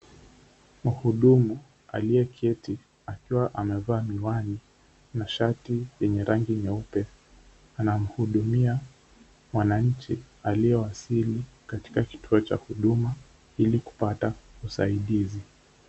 Mhudumu aliyeketi akiwa amevaa miwani na shati yenye rangi nyeupe, anamhudumia mwananchi aliyewasili katika kituo cha huduma ili kupata usaidizi.